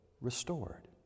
restored